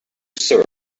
serve